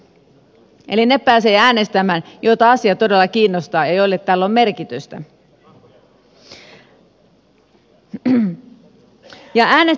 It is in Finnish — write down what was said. eli ne pääsevät äänestämään joita asia todella kiinnostaa ja joille tällä on merkitystä